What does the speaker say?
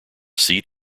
seat